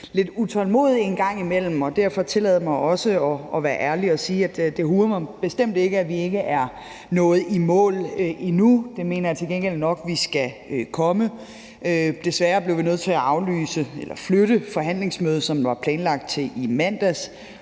lidt utålmodig en gang imellem. Tillad mig derfor at være ærlig og sige, at det bestemt ikke huer mig, at vi ikke er nået i mål endnu. Det mener jeg til gengæld nok vi skal komme. Desværre blev vi nødt til at flytte forhandlingsmødet, som var planlagt til i mandags.